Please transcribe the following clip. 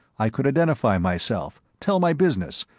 i could identify myself, tell my business,